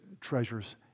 treasures